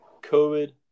covid